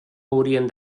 haurien